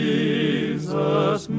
Jesus